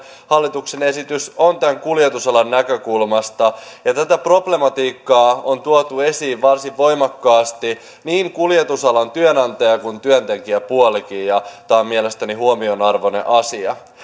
hallituksen esitys on varsin ongelmallinen tämän kuljetusalan näkökulmasta ja tätä problematiikkaa on tuonut esiin varsin voimakkaasti niin kuljetusalan työnantaja kuin työntekijäpuolikin tämä on mielestäni huomionarvoinen asia